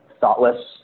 thoughtless